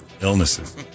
illnesses